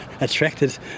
attracted